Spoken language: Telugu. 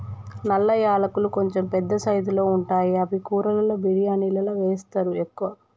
నల్ల యాలకులు కొంచెం పెద్ద సైజుల్లో ఉంటాయి అవి కూరలలో బిర్యానిలా వేస్తరు ఎక్కువ